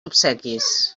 obsequis